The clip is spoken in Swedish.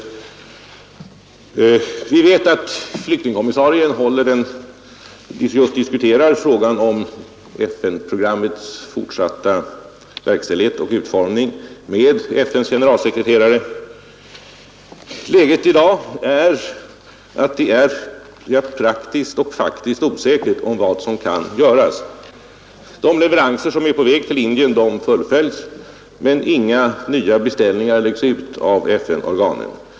Vi vet att flyktingkommissarien just nu diskuterar frågan om FN-programmets fortsatta verkställighet med FN:s generalsekreterare. Läget i dag är att det är praktiskt och faktiskt osäkert vad som kan göras. De leveranser som är på väg till Indien fullföljs, men inga nya beställningar läggs ut av FN-organen.